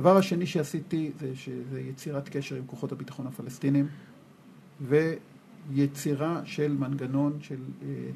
הדבר השני שעשיתי זו יצירת קשר עם כוחות הביטחון הפלסטינים ויצירה של מנגנון, של